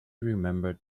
remembered